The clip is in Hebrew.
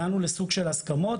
הגענו לסוג של הסכמות